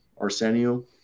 Arsenio